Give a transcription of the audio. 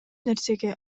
нерсеге